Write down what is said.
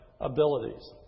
abilities